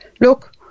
look